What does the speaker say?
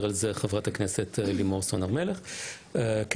חברת הכנסת לימור סון הר מלך התחילה קצת לדבר על